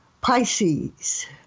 Pisces